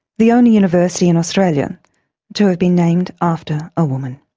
the only university in australia to have been named after a woman.